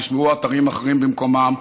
תשמרו אתרים אחרים במקומם.